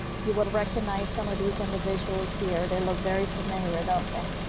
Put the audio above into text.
you would recognize some of these individuals here, they look very familiar don't they?